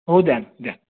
हो द्या ना द्या